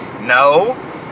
No